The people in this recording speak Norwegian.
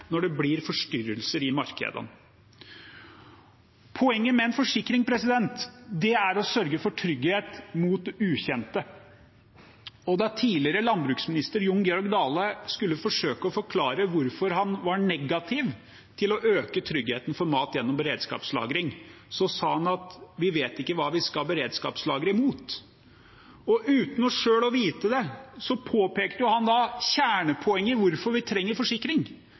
sørge for trygghet mot det ukjente. Da tidligere landbruksminister Jon Georg Dale skulle forsøke å forklare hvorfor han var negativ til å øke tryggheten for mat gjennom beredskapslagring, sa han at vi ikke vet hva vi skal beredskapslagre mot. Og uten selv å vite det påpekte han da kjernepoenget i hvorfor vi trenger forsikring.